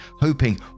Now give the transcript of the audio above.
hoping